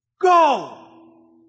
Go